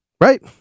Right